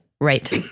Right